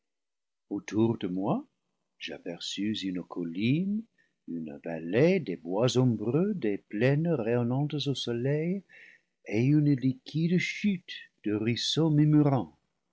autour de moi j'aperçus une colline une vallée des bois ombreux des plaines rayonnantes au soleil et une liquide chute de ruisseaux